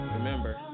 Remember